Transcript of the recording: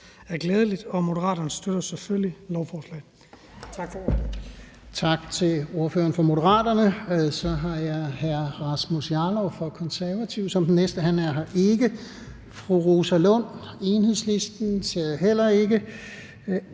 er glædeligt, og Moderaterne støtter selvfølgelig lovforslaget.